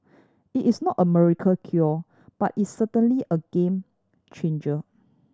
it is no America cure but it's certainly a game changer